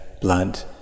blood